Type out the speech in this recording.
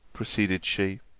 proceeded she,